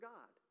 God